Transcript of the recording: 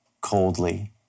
coldly